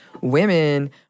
Women